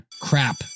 crap